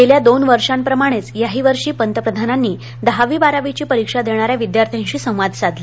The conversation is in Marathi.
गेल्या दोन वर्षाप्रमाणे याही वर्षी पंतप्रधानांनी दहावी बारावीची परीक्षा देणाऱ्या विद्यार्थ्यांशी संवाद साधला